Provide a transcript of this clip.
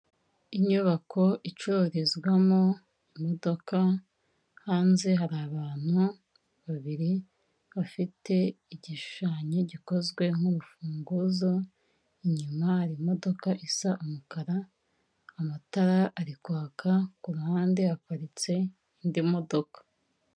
Inyubako icururizwamo imodoka, hanze hari abantu babiri bafite igishushanyo gikozwe nk'urufunguzo, inyuma hari imodoka isa umukara, amatara ari kwaka, ku ruhande haparitse indi modoka.